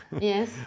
Yes